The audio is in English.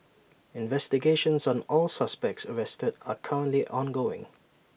investigations on all suspects arrested are currently ongoing